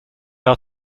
are